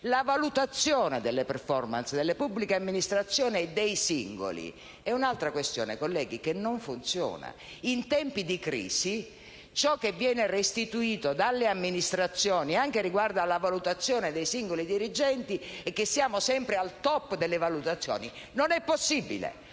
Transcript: La valutazione delle *performance* delle pubbliche amministrazioni e dei singoli è un'altra questione, colleghi, che non funziona. In tempi di crisi, ciò che viene restituito dalle amministrazioni, anche riguardo alla valutazione dei singoli dirigenti, è che siamo sempre al*top* delle valutazioni. Non è possibile.